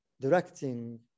directing